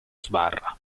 sbarra